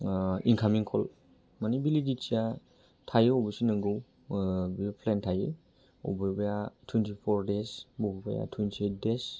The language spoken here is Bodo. इन्कामिं कल मानि भेलिडिटिया थायो अबयसे नोंगौ बे प्लेन थायो अबेबाया टुइन्टि फर डेस बबेबाया टुइनटि एइट डेस